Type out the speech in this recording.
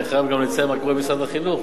אני חייב גם לציין מה קורה במשרד החינוך